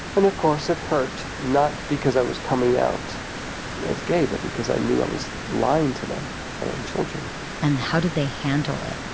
and of course it hurt, not because i was coming out as gay, but because i knew i was lying to them, my own children and how did they handle it?